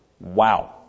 Wow